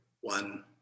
one